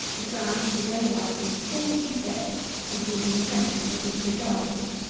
the ground should be laid out in four-feet beds for the reasons mentioned in the gardener.